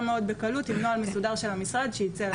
מאוד בקלות עם נוהל מסודר של המשרד שייצא לשטח.